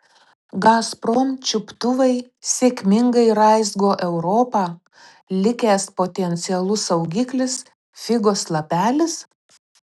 gazprom čiuptuvai sėkmingai raizgo europą likęs potencialus saugiklis figos lapelis